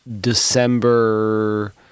December